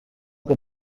que